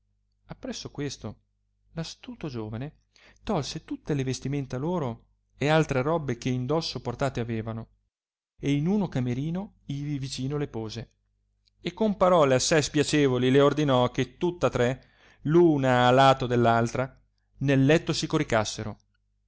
rimase appresso questo astuto giovane tolse tutte le vestimenta loro e altre robbe che in dosso portate avevano e in uno camerino ivi vicino le pose e con parole assai spiacevoli le ordinò che tutta tre una a lato dell altra nel letto si coricassero